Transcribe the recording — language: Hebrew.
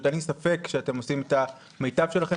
אין לי ספק שאתם עושים את המיטב שלכם